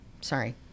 sorry